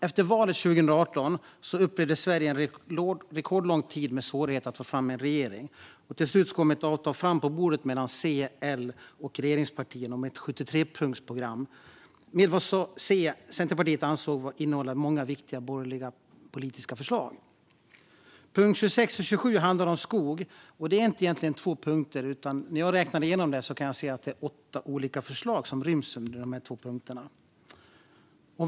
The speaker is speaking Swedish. Efter valet 2018 upplevde Sverige en rekordlång tid med svårigheter att få fram en regering. Till slut kom ett avtal på bordet mellan C, L och regeringspartierna om ett 73-punktsprogram med vad Centerpartiet ansåg vara många viktiga borgerliga politiska förslag. Punkterna 26 och 27 handlade om skog. Det är egentligen inte två punkter, utan när jag räknar kan jag se att det är åtta olika förslag som ryms under dessa två punkter.